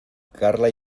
carla